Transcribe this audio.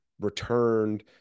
returned